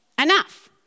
enough